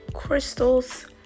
crystals